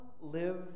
live